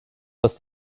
was